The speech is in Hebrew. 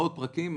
מאות פרקים,